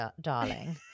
darling